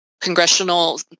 congressional